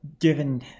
given